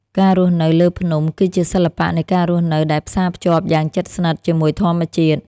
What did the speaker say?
ការរស់នៅលើភ្នំគឺជាសិល្បៈនៃការរស់នៅដែលផ្សារភ្ជាប់យ៉ាងជិតស្និទ្ធជាមួយធម្មជាតិ។